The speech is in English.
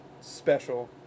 special